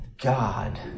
God